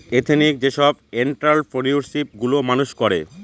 ethnic যেসব entrepreneurship গুলো মানুষ করে